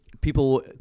people